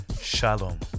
Shalom